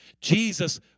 Jesus